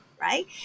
right